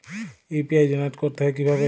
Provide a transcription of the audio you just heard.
UPI generate করতে হয় কিভাবে?